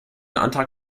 antrag